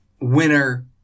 Winner